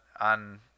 on